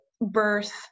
birth